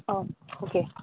आं ओके